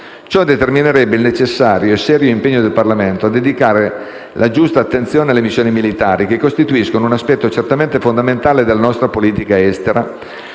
Ciò determinerebbe il necessario e serio impegno del Parlamento a dedicare la giusta attenzione alle missioni militari, che costituiscono un aspetto certamente fondamentale della nostra politica estera,